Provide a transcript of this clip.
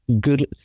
good